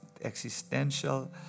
existential